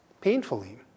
Painfully